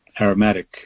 aromatic